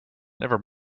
never